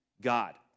God